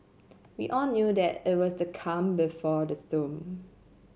we all knew that it was the calm before the storm